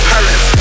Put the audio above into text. Paris